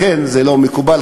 לכן זה לא מקובל.